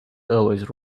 always